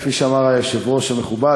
כפי שאמר היושב-ראש המכובד,